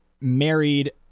married